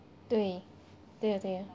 对对咯对咯